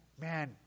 man